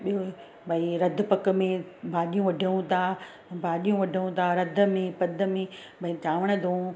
ॿियों भई रध पक में भाॼियूं वढियूं था भाॼियूं वढियूं था रध में पद में भई चांवर धोऊं